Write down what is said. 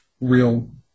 real –